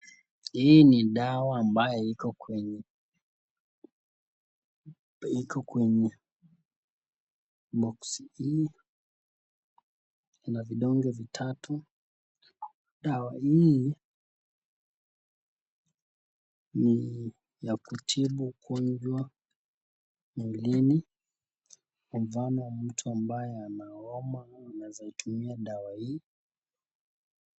Hii ni dawa ambayo iko kwenye boksi hii. Ina vidonge vitatu. Dawa hii ni ya kutibu ugonjwa mwilini kwa mfano mtu ambaye ana homa anawezatumia dawa hii.